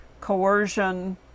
coercion